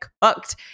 cooked